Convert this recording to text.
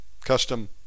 Custom